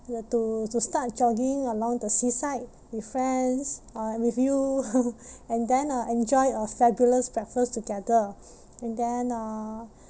uh to to start jogging along the seaside with friends uh with you and then uh enjoy a fabulous breakfast together and then uh